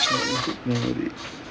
childhood memory